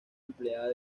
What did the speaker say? empleada